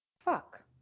fuck